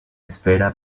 esfera